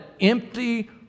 empty